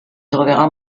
troverà